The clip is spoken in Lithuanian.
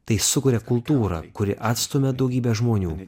tai sukuria kultūrą kuri atstumia daugybę žmonių